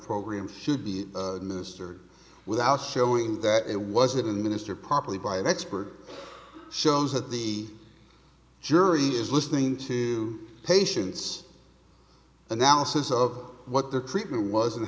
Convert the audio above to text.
program should be minister without showing that it was it in minister properly by an expert shows that the jury is listening to patients analysis of what their treatment was and